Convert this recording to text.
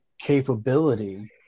capability